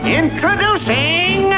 introducing